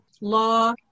law